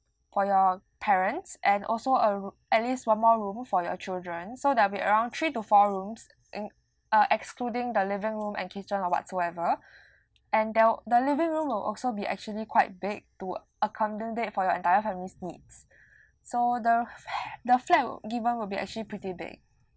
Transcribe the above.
for your parents and also a r~ at least one more room for your children so there'll be around three to four rooms in~ uh excluding the living room and kitchen or whatsoever and there will the living room will also be actually quite big to accommodate for your entire family's needs so the f~ the flat given will be actually pretty big